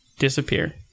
disappear